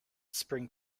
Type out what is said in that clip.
spring